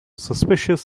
suspicious